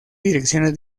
direcciones